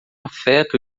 afeta